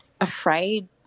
afraid